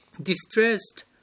Distressed